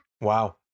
wow